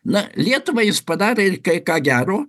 na lietuvai jis padarė ir kai ką gero